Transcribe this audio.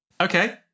okay